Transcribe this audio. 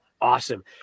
Awesome